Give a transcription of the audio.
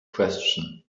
question